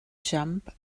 jump